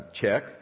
check